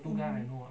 mmhmm